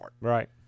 Right